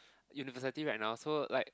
university right now so like